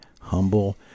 humble